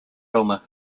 roma